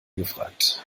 gefragt